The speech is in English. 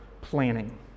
planning